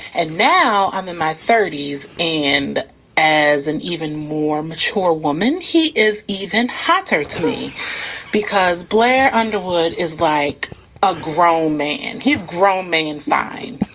and now i'm in my thirties. and as an even more mature woman, he is even hotter to me because blair underwood is like a grown man. he's grown man and fine,